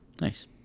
nice